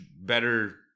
better